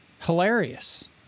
Hilarious